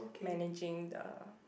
managing the